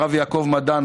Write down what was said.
הרב יעקב מדן,